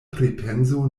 pripenso